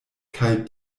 kaj